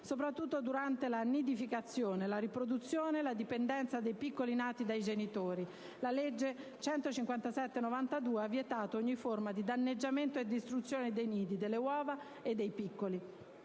soprattutto durante la nidificazione, la riproduzione e la dipendenza dei piccoli nati dai genitori. La legge n. 157 del 1992 ha vietato inoltre ogni forma di danneggiamento e distruzione dei nidi, delle uova e dei piccoli.